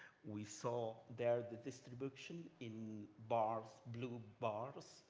we saw there the distribution in bars, blue bars,